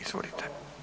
Izvolite.